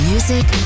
Music